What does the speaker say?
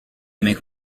make